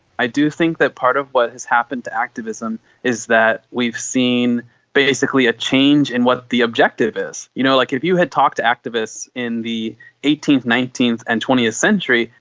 i do think that part of what has happened to activism is that we've seen basically a change in what the objective is. you know like if you had talked to activists in the eighteenth, nineteenth and twentieth century,